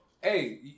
hey